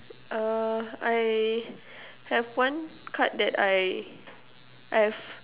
uh I have one card that I've